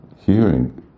hearing